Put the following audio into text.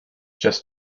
just